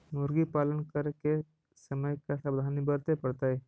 मुर्गी पालन करे के समय का सावधानी वर्तें पड़तई?